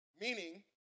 Meaning